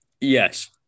yes